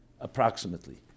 approximately